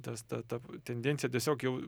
tas ta ta tendencija tiesiog jau